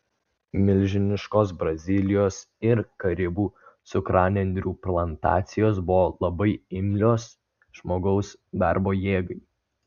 milžiniškos brazilijos ir karibų cukranendrių plantacijos buvo labai imlios žmogaus darbo jėgai